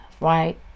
Right